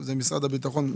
זה משרד הביטחון.